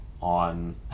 on